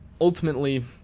ultimately